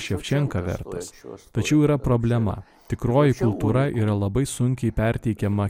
ševčenka vertas tačiau yra problema tikroji kultūra yra labai sunkiai perteikiama